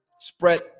spread